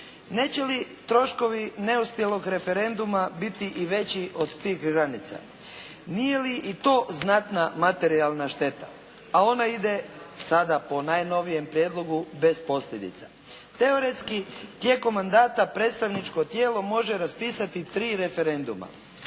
Neće li troškovi neuspjelog referenduma biti i veći od tih granica. Nije li i to znatna materijalna šteta, a onda ide sada po najnovijem prijedlogu bez posljedica. Teoretski, tijekom mandata predstavničko tijelo može raspisati tri referenduma.